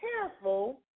careful